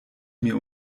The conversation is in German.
mir